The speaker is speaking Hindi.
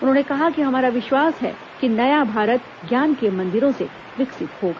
उन्होंने कहा कि हमारा विश्वास है कि नया भारत ज्ञान के मंदिरों से विकसित होगा